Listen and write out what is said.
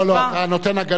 לא, לא, לא, אתה נותן הגנה.